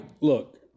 Look